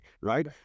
right